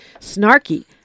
snarky